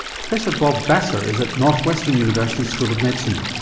professor bob vassar is at northwestern university school of medicine.